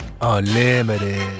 Unlimited